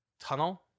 tunnel